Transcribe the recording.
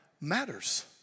matters